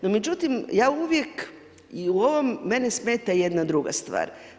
No, međutim, ja uvijek i u ovom mene smeta jedna druga stvar.